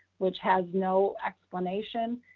which has no explanation.